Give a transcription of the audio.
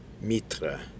Mitra